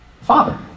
father